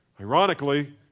Ironically